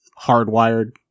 hardwired